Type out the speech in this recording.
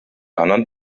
anderen